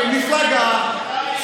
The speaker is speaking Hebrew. הליכוד היה מפלגה,